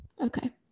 Okay